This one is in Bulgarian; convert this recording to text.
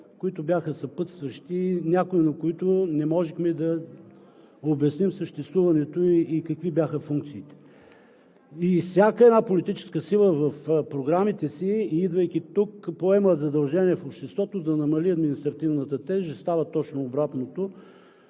които бяха съпътстващи, за някои от които не можехме да обясним съществуването и какви бяха функциите им. Всяка една политическа сила, идвайки тук, в програмите си поема задължение в обществото да намали административната тежест – става точно обратното.